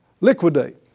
Liquidate